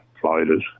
floaters